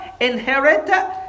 inherit